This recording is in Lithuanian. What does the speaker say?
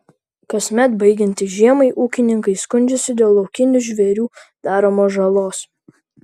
kasmet baigiantis žiemai ūkininkai skundžiasi dėl laukinių žvėrių daromos žalos